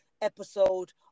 episode